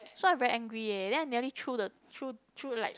so I very angry ya and I nearly the threw threw like